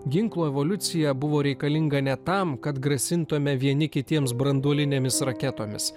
ginklo evoliucija buvo reikalinga ne tam kad grasintumėme vieni kitiems branduolinėmis raketomis